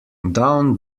down